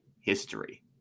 history